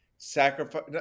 sacrifice